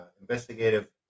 investigative